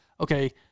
okay